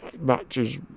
matches